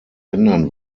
ändern